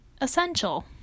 essential